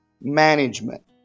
management